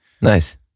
Nice